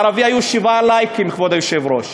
לערבי היו שבעה לייקים, כבוד היושב-ראש,